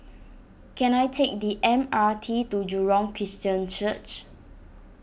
can I take the M R T to Jurong Christian Church